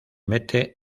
mete